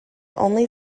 only